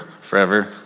forever